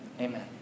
amen